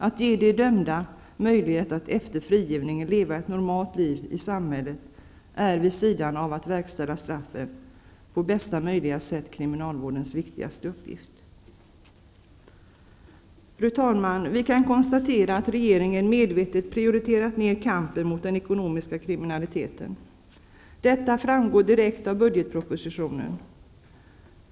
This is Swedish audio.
Att ge de dömda möjligheter att efter frigivningen leva ett normalt liv i samhället är, vid sidan av att verkställa straffen på bästa möjliga sätt, kriminalvårdens viktigaste uppgift. Fru talman! Vi kan konstatera att regeringen medvetet prioriterat ned kampen mot den ekonomiska kriminaliteten. Detta framgår direkt av budgetpropositionen.